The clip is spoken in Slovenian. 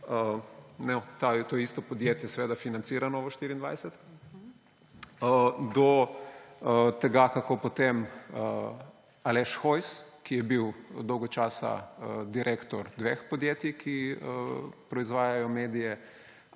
to isto podjetje seveda financira Novo24. Do tega, kako potem Aleš Hojs, ki je bil dolgo časa direktor dveh podjetij, ki proizvajata medije